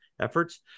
efforts